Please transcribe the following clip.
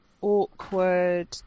awkward